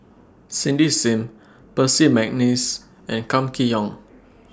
Cindy SIM Percy Mcneice and Kam Kee Yong